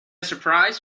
surprise